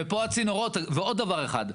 ופה הצינורות --- ועוד דבר אחד,